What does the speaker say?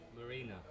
Marina